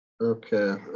Okay